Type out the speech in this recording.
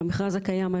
למכרז הקיים,